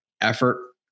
effort